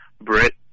Brit